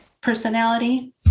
personality